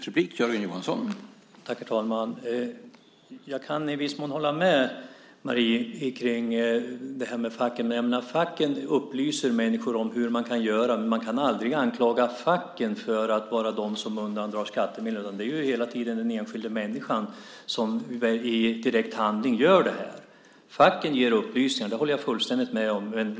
Herr talman! Jag kan i viss mån hålla med Marie när det gäller facken. Facken upplyser människor om hur man kan göra. Man kan aldrig anklaga facken för att vara de som undandrar skattemedel. Det är den enskilda människan som i direkt handling gör detta. Facken ger upplysningar. Det håller jag fullständigt med om.